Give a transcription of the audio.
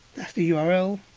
that's the yeah url.